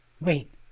Wait